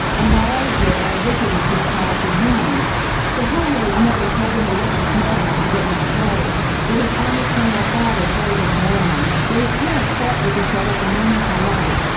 and while i was there, i visited his childhood home the home where his mother told him he wasn't smart enough to get into college, where his army colonel father called him a moron, where his parents fought with each other from morning til night.